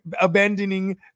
abandoning